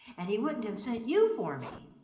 and he wouldn't have sent you for me.